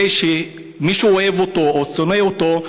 זה שמישהו אוהב אותו או שונא אותו,